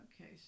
Okay